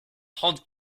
trente